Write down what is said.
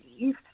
leave